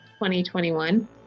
2021